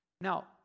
Now